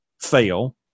fail